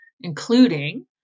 including